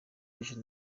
ejo